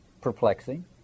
perplexing